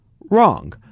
wrong